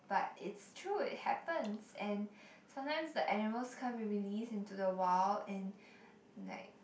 but it's true it happens and sometimes the animals can't be released into the wild and like